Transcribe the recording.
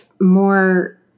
more